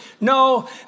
No